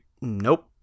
nope